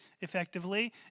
effectively